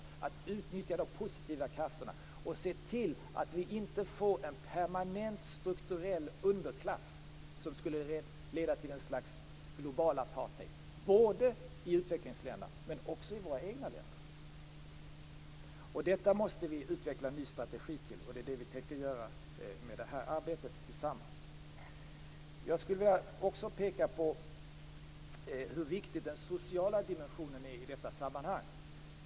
Vi måste utnyttja de positiva krafterna och se till att vi inte får en permanent strukturell underklass, vilket skulle leda till ett slags global apartheid, i utvecklingsländerna men också i våra egna länder. Detta måste vi utveckla en ny strategi för, och det är det vi tänker göra med det här arbetet tillsammans. Jag skulle också vilja peka på hur viktig den sociala dimensionen är i detta sammanhang.